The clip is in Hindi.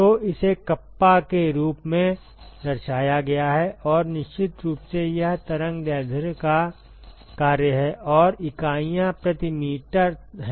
तो इसे कप्पा के रूप में दर्शाया गया है और निश्चित रूप से यह तरंग दैर्ध्य का कार्य है और इकाइयाँ प्रति मीटर हैं